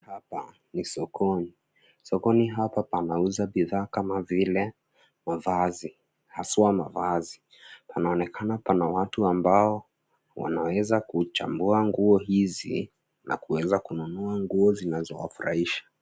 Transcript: Hapa ni sokoni. Sokoni hapa panauza bidhaa kama vile mavazi haswaa mavazi. Panaonekana pana watu ambao wanaweza kuchambua nguo hizi na kuweza kununua zile zinaweza weza wafurahisha.